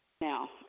Now